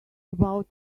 about